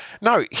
No